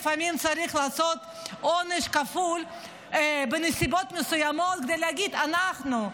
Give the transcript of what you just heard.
לפעמים צריך לעשות עונש כפול בנסיבות מסוימות כדי להגיד: אנחנו,